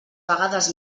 vegades